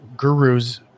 gurus